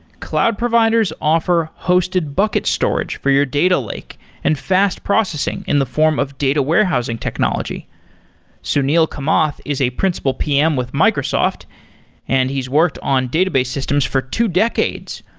cloud providers offer hosted bucket storage for your data lake and fast processing in the form of data warehousing technology sunil kamath is a principal pm with microsoft and he's worked on database systems for two decades.